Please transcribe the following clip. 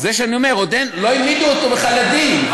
זה מה שאני אומר, לא העמידו אותו בכלל לדין.